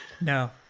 No